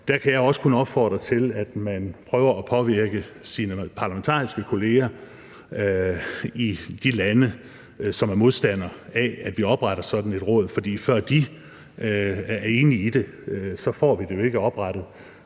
der kan jeg også kun opfordre til, at man prøver at påvirke sine parlamentariske kolleger i de lande, som er modstander af, at vi opretter sådan et råd, for før de er enige i det, får vi det ikke oprettet.